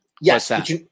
Yes